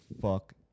fuck